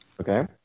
okay